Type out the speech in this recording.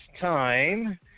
time